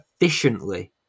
efficiently